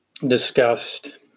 discussed